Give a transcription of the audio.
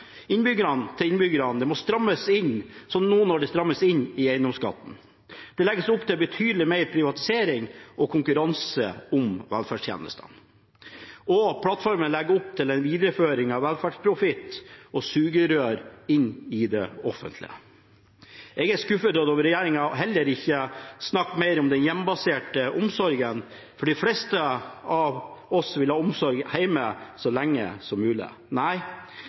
innbyggerne, det må strammes inn, som nå, når det strammes inn i eiendomsskatten. Det legges opp til betydelig mer privatisering og konkurranse om velferdstjenestene, og plattformen legger opp til en videreføring av velferdsprofitt og sugerør inn i det offentlige. Jeg er skuffet over at regjeringen heller ikke snakker mer om den hjemmebaserte omsorgen, for de fleste av oss vil ha omsorg hjemme så lenge som mulig.